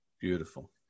Beautiful